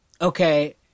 Okay